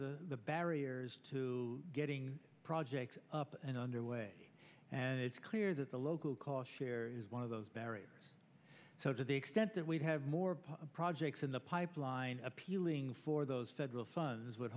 the barriers to getting projects up and underway it's clear that the local cost share is one of those barrier so to the extent that we have more projects in the pipeline appealing for those federal funds